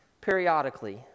periodically